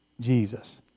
Jesus